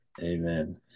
Amen